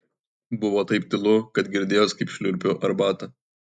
buvo taip tylu kad girdėjosi kaip šliurpiu arbatą